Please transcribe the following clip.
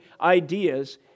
ideas